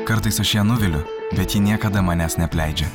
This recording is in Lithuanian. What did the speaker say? kartais aš ją nuviliu bet ji niekada manęs neapleidžia